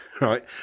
right